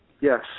Yes